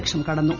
ലക്ഷം കടന്നു